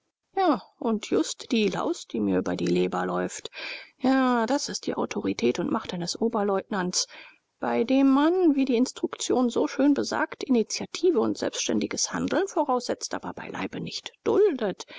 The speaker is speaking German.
und just die laus die mir über die leber läuft ja das ist die autorität und macht eines oberleutnants bei dem man wie die instruktion so schön besagt initiative und selbständiges handeln voraussetzt aber beileibe nicht duldet